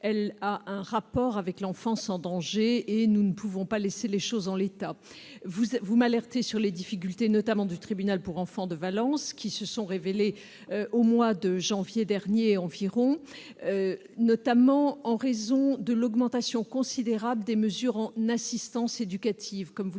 elle a un rapport avec l'enfance en danger, et nous ne pouvons pas laisser les choses en l'état. Vous m'alertez sur les difficultés du tribunal pour enfants de Valence qui se sont fait jour vers le mois de janvier dernier, notamment en raison de l'augmentation considérable du nombre de mesures d'assistance éducative.